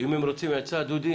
אם הם רוצים עצה, דודי